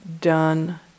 done